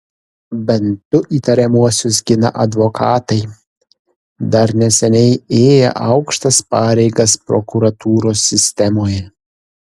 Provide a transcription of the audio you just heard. bent du įtariamuosius gina advokatai dar neseniai ėję aukštas pareigas prokuratūros sistemoje